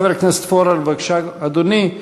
חבר הכנסת פורר, בבקשה, אדוני.